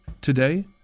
Today